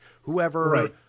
Whoever